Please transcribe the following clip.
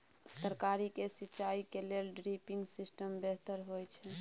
तरकारी के सिंचाई के लेल ड्रिपिंग सिस्टम बेहतर होए छै?